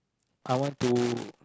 I want to